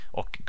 och